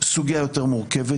סוגיה יותר מורכבת.